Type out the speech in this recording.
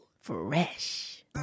Fresh